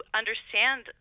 understand